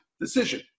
decision